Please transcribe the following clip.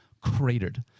cratered